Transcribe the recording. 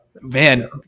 Man